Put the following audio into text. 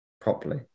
properly